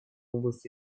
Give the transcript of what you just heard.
области